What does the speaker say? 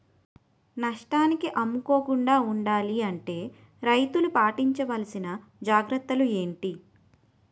నష్టానికి అమ్ముకోకుండా ఉండాలి అంటే రైతులు పాటించవలిసిన జాగ్రత్తలు ఏంటి